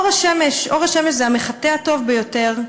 אור השמש, אור השמש זה המחטא הטוב ביותר.